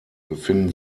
befinden